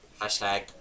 Hashtag